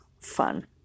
fun